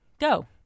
Go